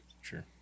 Sure